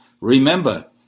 remember